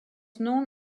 known